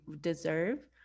deserve